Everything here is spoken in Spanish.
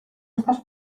estás